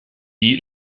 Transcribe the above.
die